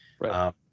right